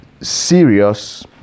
serious